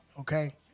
okay